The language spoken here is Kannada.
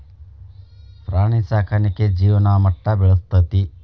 ಪ್ರಾಣಿ ಸಾಕಾಣಿಕೆ ಜೇವನ ಮಟ್ಟಾ ಬೆಳಸ್ತತಿ